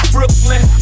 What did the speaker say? Brooklyn